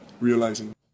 realizing